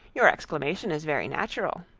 your exclamation is very natural.